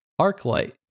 Arclight